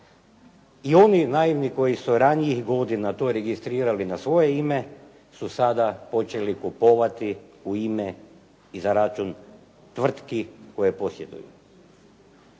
I oni naivni koji su ranijih godina to registrirali na svoje ime su sada počeli kupovati u ime i za račun tvrtki koje posjeduju.